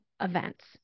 events